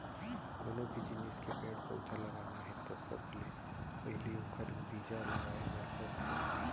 कोनो भी जिनिस के पेड़ पउधा लगाना हे त सबले पहिली ओखर बीजा लगाए बर परथे